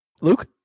Luke